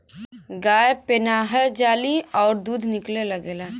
गाय पेनाहय जाली अउर दूध निकले लगेला